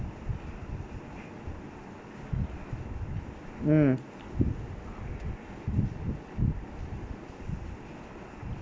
mm